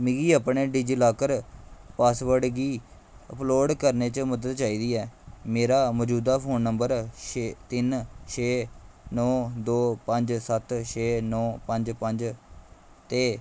मिगी अपने DigiLocker password गी अपलोड करने च मदद चाहिदी ऐ मेरा मजूदा फोन नंबर छे तिन्न छे नौ दो पंज सत्त छे नौ पंज पंज ते